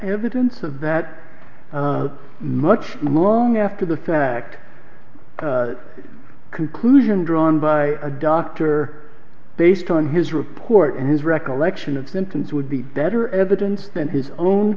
evidence of that much longer after the fact the conclusion drawn by a doctor based on his report and his recollection of symptoms would be better evidence than his own